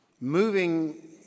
moving